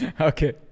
Okay